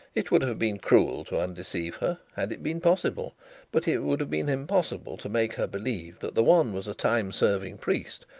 it would have been cruel to undeceive her, had it been possible but it would have been impossible to make her believe that the one was a time-serving priest,